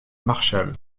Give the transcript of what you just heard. marchal